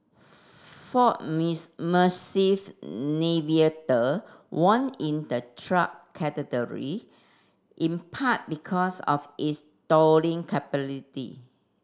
ford massive Navigator won in the truck category in part because of its towing capability